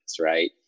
right